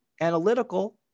analytical